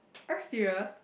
are you serious